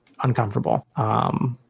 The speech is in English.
uncomfortable